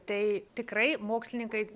tai tikrai mokslininkai